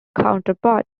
counterpart